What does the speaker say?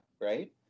right